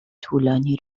طولانی